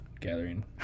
gathering